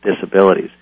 disabilities